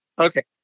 Okay